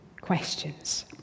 questions